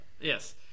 Yes